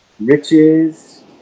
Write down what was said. Riches